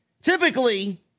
typically